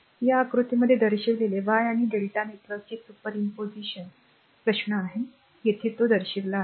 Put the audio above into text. आताआकृतीमध्ये दर्शविलीली y आणि Δ नेटवर्कची सुपरपोजिशनचा प्रश्न आहे येथे ते दर्शविले आहे